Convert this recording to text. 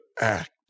act